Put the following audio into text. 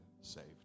saved